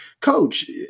coach